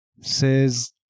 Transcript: says